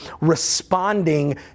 responding